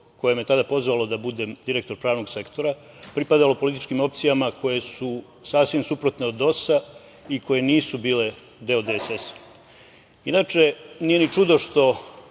koje me je tada pozvalo da budem direktor pravnog sektora, pripadalo političkim opcijama koje su sasvim suprotne od DOS-a i koje nisu bile deo DSS-a. Inače, nije ni čudo što